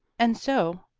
and so,